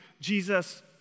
Jesus